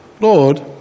Lord